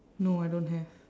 no I don't have